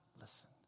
listen